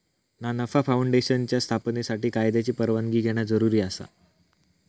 ना नफा फाऊंडेशनच्या स्थापनेसाठी कायद्याची परवानगी घेणा जरुरी आसा